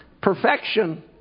perfection